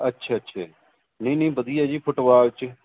ਅੱਛਾ ਅੱਛਾ ਨਹੀਂ ਨਹੀਂ ਵਧੀਆ ਜੀ ਫੁਟਬਾਲ 'ਚ